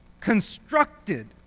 constructed